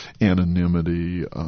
anonymity